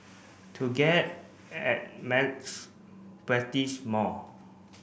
to get at maths practise more